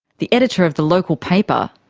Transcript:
the editor of the local paper,